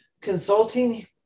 Consulting